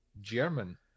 German